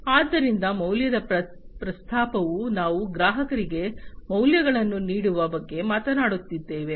ಆದ್ದರಿಂದ ಮೌಲ್ಯದ ಪ್ರಸ್ತಾಪವು ನಾವು ಗ್ರಾಹಕರಿಗೆ ಮೌಲ್ಯಗಳನ್ನು ನೀಡುವ ಬಗ್ಗೆ ಮಾತನಾಡುತ್ತಿದ್ದೇವೆ